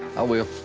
i will.